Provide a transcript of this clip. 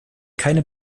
keine